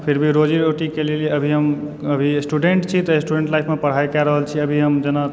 फिर भी रोजी रोटीके लेल अभी हम अभी स्टुडेन्ट छी तऽ स्टुडेन्ट लाइफमे पढ़ाइ कए रहल छी अभी हम जेना